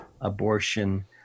abortion